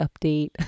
update